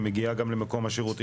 היא מגיעה גם למקום השירות.